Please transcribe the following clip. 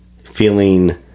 feeling